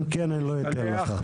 אם כן אני לא אתן לך.